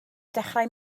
dechrau